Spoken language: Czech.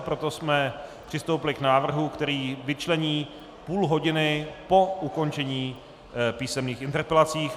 Proto jsme přistoupili k návrhu, který vyčlení půl hodiny po ukončení písemných interpelací.